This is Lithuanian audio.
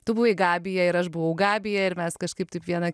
tu buvai gabija ir aš buvau gabija ir mes kažkaip taip viena